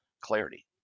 clarity